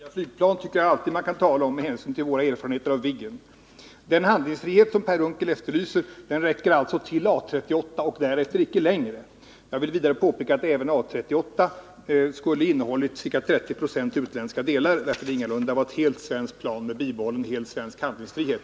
Herr talman! Tveksamma kostnader vid utveckling av nya flygplan tycker jag alltid man kan tala om med hänsyn till våra erfarenheter av Viggen. Den handlingsfrihet Per Unckel efterlyser räcker till A 38 och därefter icke längre. Jag vill vidare påpeka att även A 38 skulle ha innehållit ca 30 96 utländska delar varför det ingalunda var ett helt svenskt plan med helt bibehållen svensk handlingsfrihet.